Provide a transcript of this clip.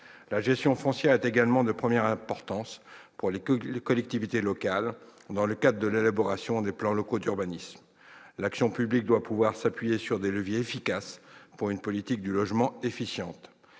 La gestion foncière est également de première importance pour les collectivités locales dans le cadre de l'élaboration des plans locaux d'urbanisme. L'action publique doit pouvoir s'appuyer sur des leviers efficaces pour une politique du logement efficiente.